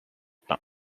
pain